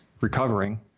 recovering